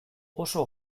oso